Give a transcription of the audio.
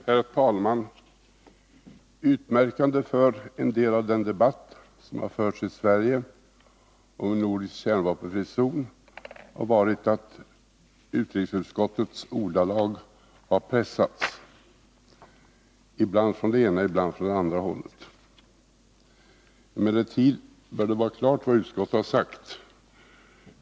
Herr talman! Utmärkande för en del av den debatt som har förts i Sverige om en nordisk kärnvapenfri zon har varit att utrikesutskottets ordalag har pressats, ibland från det ena och ibland från det andra hållet. Emellertid bör det vara klart vad utskottet har sagt.